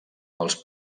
pels